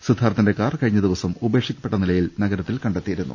സിദ്ധാർഥിന്റെ car കഴിഞ്ഞ ദിവസം ഉപേക്ഷിക്കപ്പെട്ട നിലയിൽ നഗരത്തിൽ കണ്ടെത്തിയിരുന്നു